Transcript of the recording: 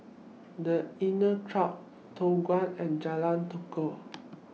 The Inncrowd Toh Avenue and Jalan Tekukor